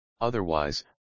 Otherwise